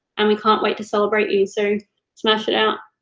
and we can't wait to celebrate you, so smash it out.